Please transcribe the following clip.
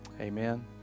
Amen